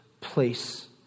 place